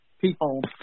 people